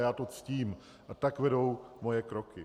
Já to ctím a tak vedou moje kroky.